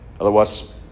Otherwise